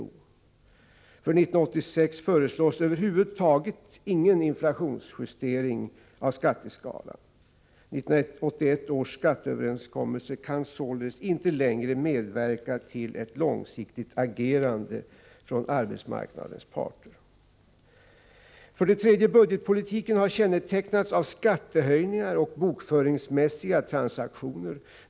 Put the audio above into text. För 1986 föreslås över huvud taget ingen inflationsjustering av skatteskalan. 1981 års skatteöverenskommelse kan således inte längre medverka till ett långsiktigt agerande från arbetsmarknadens parter. 3. Budgetpolitiken har kännetecknats av skattehöjningar och bokföringsmässiga transaktioner.